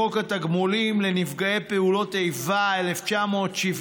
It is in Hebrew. בחוק התגמולים לנפגעי פעולות איבה, 1970,